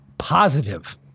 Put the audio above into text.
positive